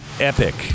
Epic